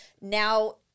now